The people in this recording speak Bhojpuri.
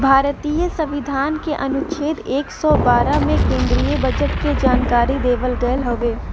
भारतीय संविधान के अनुच्छेद एक सौ बारह में केन्द्रीय बजट के जानकारी देवल गयल हउवे